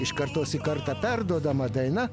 iš kartos į kartą perduodama daina